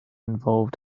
involved